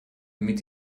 mit